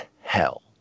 hell